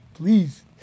Please